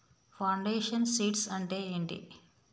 Foundation seeds అంటే ఏంటి?